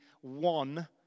one